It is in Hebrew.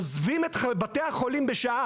עוזבים את בתי החולים בשעה